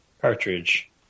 cartridge